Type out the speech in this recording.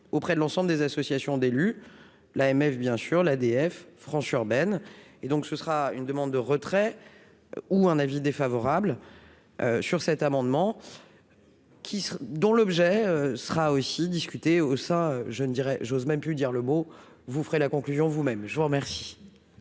auprès de l'ensemble des associations d'élus, l'AMF bien sûr l'ADF franche urbaine et donc ce sera une demande de retrait ou un avis défavorable sur cet amendement qui dont l'objet sera aussi discutée oh, ça, je ne dirais j'ose même plus dire le mot, vous ferez la conclusion vous-même, je vous remercie.